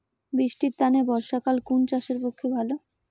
বৃষ্টির তানে বর্ষাকাল কুন চাষের পক্ষে ভালো?